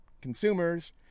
consumers